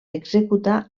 executar